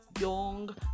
Young